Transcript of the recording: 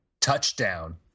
touchdown